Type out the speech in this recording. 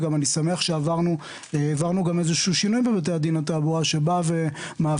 וגם אני שמח שהעברנו גם איזה שהוא שינוי בבתי הדין לתעבורה שבא ומאפשר,